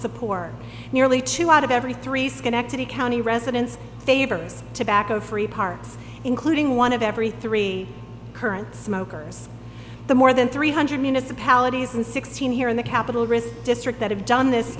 support nearly two out of every three schenectady county residents favors tobacco free parts including one of every three current smokers the more than three hundred municipalities and sixteen here in the capital risk district that have done this